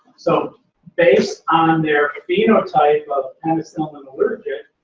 so based on their phenotype of penicillin allergic,